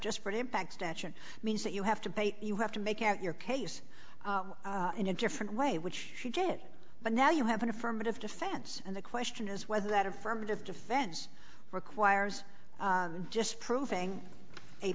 an impact statute means that you have to pay you have to make out your case in a different way which she did but now you have an affirmative defense and the question is whether that affirmative defense requires just proving a